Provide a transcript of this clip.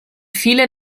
viele